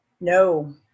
No